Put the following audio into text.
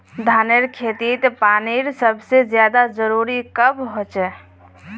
धानेर खेतीत पानीर सबसे ज्यादा जरुरी कब होचे?